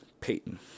Peyton